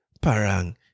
Parang